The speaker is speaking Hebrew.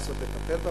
לנסות לטפל בה,